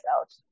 out